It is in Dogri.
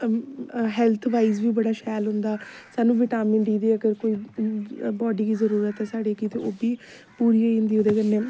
हैल्थ वाइज बी बड़ा शैल होंदा सानूं विटामिन डी दी कोई बाडी गी जरूरत ऐ साढ़ी गी ते ओह् बी पूरी होई जंदी ओहदे कन्नै